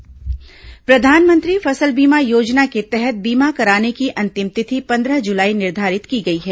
फसल बीमा योजना प्रधानमंत्री फसल बीमा योजना के तहत बीमा कराने की अंतिम तिथि पंद्रह जुलाई निर्धारित की गई है